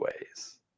ways